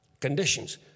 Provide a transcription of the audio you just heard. conditions